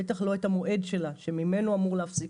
בטח לא את המועד שלה שממנו אמור להפסיק